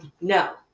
No